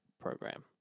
program